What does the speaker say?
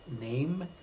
name